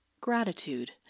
Gratitude